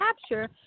capture